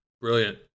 Brilliant